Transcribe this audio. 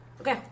Okay